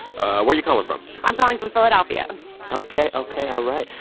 where are you calling from? i'm calling from philadelphia ok, ok, all right.